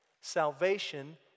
Salvation